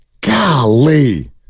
Golly